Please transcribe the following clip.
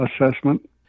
assessment